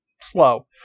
slow